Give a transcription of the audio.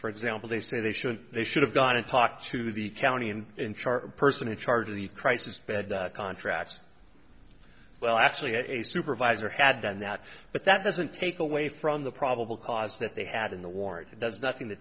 for example they say they should they should have gone and talked to the county and in charge a person in charge of the crisis bed contracts well actually a supervisor had done that but that doesn't take away from the probable cause that they had in the ward does nothing to